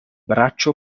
braccio